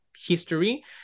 history